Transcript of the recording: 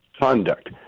conduct